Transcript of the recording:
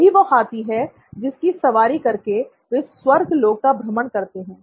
यही वह हाथी है जिसकी सवारी करके वे स्वर्ग लोक का भ्रमण करते हैं